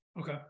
Okay